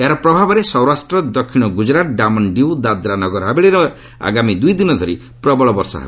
ଏହାର ପ୍ରଭାବରେ ସୌରାଷ୍ଟ୍ର ଦକ୍ଷିଣ ଗୁଜ୍ଚରାଟ୍ ଦାମନ୍ ଡିୟୁ ଓ ଦାଦ୍ରା ନଗର ହାବେଳୀରେ ଆଗାମୀ ଦୁଇ ଦିନ ଧରି ପ୍ରବଳ ବର୍ଷା ହେବ